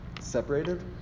separated